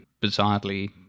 bizarrely